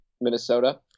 Minnesota